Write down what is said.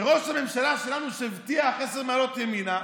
שראש הממשלה שלנו, שהבטיח עשר מעלות ימינה,